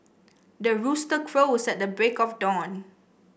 the rooster crows at the break of dawn